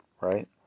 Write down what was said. right